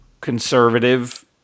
conservative